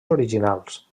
originals